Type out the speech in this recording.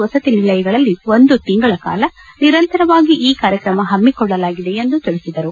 ವಸತಿ ನಿಲಯಗಳಲ್ಲಿ ಒಂದು ತಿಂಗಳ ಕಾಲ ನಿರಂತರವಾಗಿ ಈ ಕಾರ್ಯಕ್ರಮ ಹಮ್ಮಿಕೊಳ್ಳಲಾಗಿದೆ ಎಂದು ತಿಳಿಸಿದರು